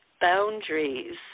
boundaries